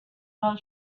while